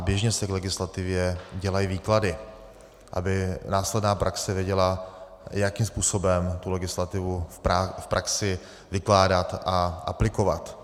Běžně se v legislativě dělají výklady, aby následná praxe věděla, jakým způsobem legislativu v praxi vykládat a aplikovat.